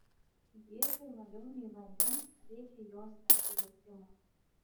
jėzui labiau nei vandens reikia jos atsivertimo